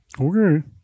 Okay